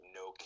no